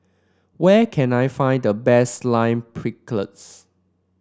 where can I find the best Lime Pickle